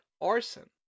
arson